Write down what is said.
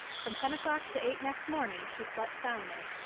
from ten o'clock to eight next morning she slept soundly.